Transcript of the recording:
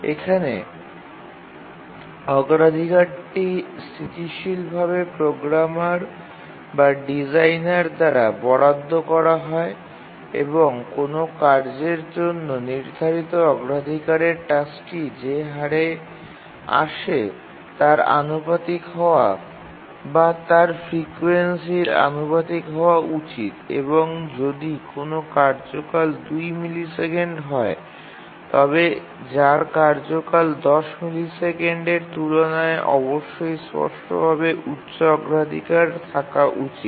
এখানে অগ্রাধিকারটি স্থিতিশীলভাবে প্রোগ্রামার বা ডিজাইনার দ্বারা বরাদ্দ করা হয় এবং কোনও কার্যের জন্য নির্ধারিত অগ্রাধিকারের টাস্কটি যে হারে আসে তার আনুপাতিক হওয়া বা তার ফ্রিকোয়েন্সির আনুপাতিক হওয়া উচিত এবং যদি কোনও কার্যকাল ২ মিলিসেকেন্ড হয় তবে যার কার্যকাল ১০ মিলিসেকেন্ড এর তুলনায় অবশ্যই স্পষ্টভাবে উচ্চ অগ্রাধিকার থাকা উচিত